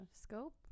scope